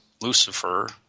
Lucifer